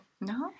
No